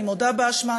אני מודה באשמה,